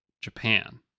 Japan